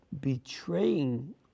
BETRAYING